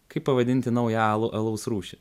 kaip pavadinti naują alų alaus rūšį